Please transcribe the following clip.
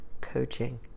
coaching